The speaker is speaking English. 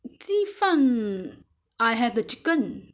鸡饭 I had the chicken